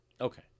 Okay